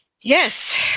Yes